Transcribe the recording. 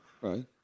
Right